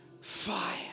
fire